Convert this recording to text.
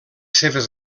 seves